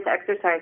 exercise